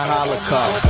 Holocaust